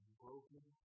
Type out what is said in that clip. broken